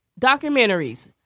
documentaries